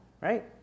right